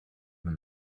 than